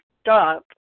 stop